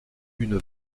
une